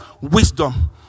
wisdom